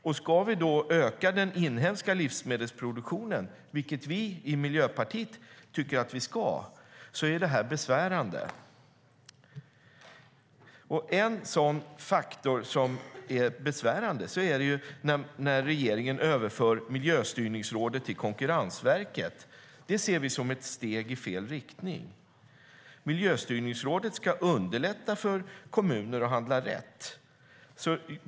Om vi ska öka den inhemska livsmedelsproduktionen, vilket vi i Miljöpartiet tycker att vi ska, är det här besvärande. En besvärande faktor är när regeringen överför Miljöstyrningsrådet till Konkurrensverket. Det ser vi som ett steg i fel riktning. Miljöstyrningsrådet ska underlätta för kommuner att handla rätt.